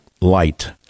light